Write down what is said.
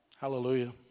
Hallelujah